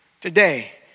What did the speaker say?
today